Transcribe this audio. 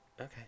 Okay